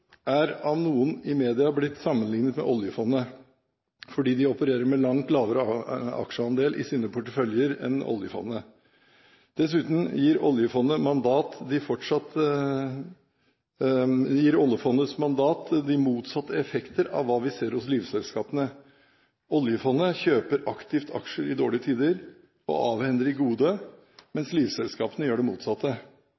er av noen i media blitt sammenlignet med oljefondet, fordi de opererer med langt lavere aksjeandel i sine porteføljer enn oljefondet. Dessuten gir oljefondets mandat de motsatte effekter av hva vi ser hos livselskapene. Oljefondet kjøper aktivt aksjer i dårlige tider og avhender i gode,